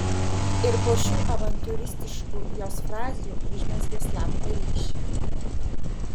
ir po šių avantiūristiškų jos frazių užmezgė slaptą ryšį